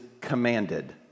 commanded